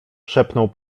szepnął